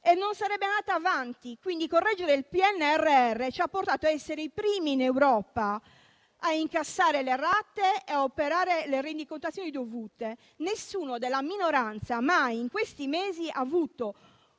e non sarebbe andato avanti. Correggere il PNRR ci ha portato ad essere i primi in Europa a incassare le rate e a operare le rendicontazioni dovute; nessuno della minoranza in questi mesi ha mai avuto